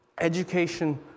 Education